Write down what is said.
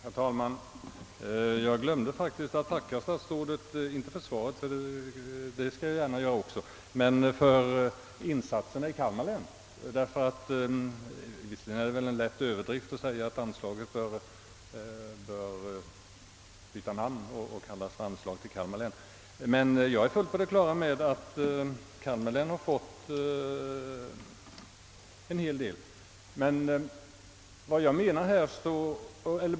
Herr talman! Jag glömde faktiskt att tacka statsrådet — inte för svaret, det skall jag gärna göra också men för insatserna i Kalmar län. Visserligen är det väl en lätt överdrift att säga att anslaget bör byta namn och kallas »Anslag till Kalmar län», men jag är fullt på det klara med att Kalmar län fått en hel del pengar.